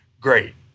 great